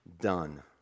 done